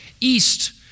east